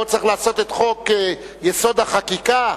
פה צריך לעשות את חוק-יסוד: החקיקה,